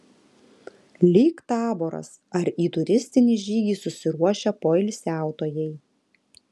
lyg taboras ar į turistinį žygį susiruošę poilsiautojai